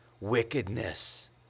wickedness